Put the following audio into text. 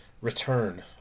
Return